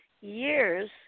years